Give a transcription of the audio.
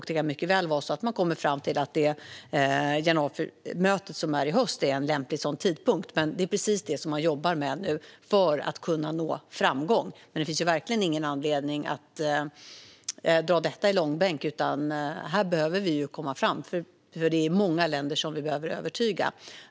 Det kan mycket väl bli så att man kommer fram till att mötet i höst är en lämplig tidpunkt. Det är precis detta som man jobbar med nu, för att kunna nå framgång. Men det finns verkligen ingen anledning att dra detta i långbänk. Här behöver vi komma framåt, för det är många länder som vi behöver övertyga.